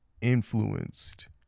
influenced